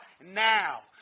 Now